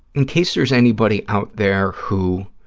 in case there's anybody out there who